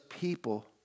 people